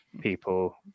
people